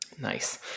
Nice